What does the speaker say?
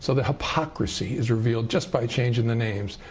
so the hypocrisy is revealed just by changing the names.